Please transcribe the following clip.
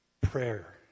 Prayer